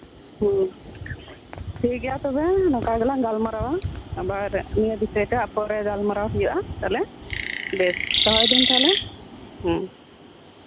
ᱦᱩ ᱴᱷᱤᱠ ᱜᱮᱭᱟ ᱛᱚᱵᱮ ᱱᱚᱝᱠᱟ ᱜᱮᱞᱟᱝ ᱜᱟᱞᱢᱟᱨᱟᱣᱟ ᱟᱵᱟᱨ ᱤᱧ ᱫᱤᱥᱟᱹᱭ ᱠᱷᱟᱡ ᱯᱚᱨᱮ ᱜᱟᱞᱢᱟᱨᱟᱣ ᱦᱩᱭᱩᱜᱼᱟ ᱛᱟᱦᱞᱮ ᱵᱮᱥ ᱫᱚᱦᱚᱭ ᱫᱟᱹᱧ ᱛᱟᱦᱞᱮ